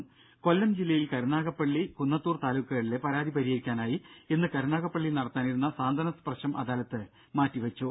രുര കൊല്ലം ജില്ലയിൽ കരുനാഗപ്പള്ളി കുന്നത്തൂർ താലൂക്കുകളിലെ പരാതി പരിഹരിക്കാനായി ഇന്ന് കരുനാഗപ്പള്ളിയിൽ നടത്താനിരുന്ന സാന്ത്വന സ്പർശം അദാലത്ത് മാറ്റി വെച്ചു